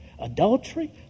Adultery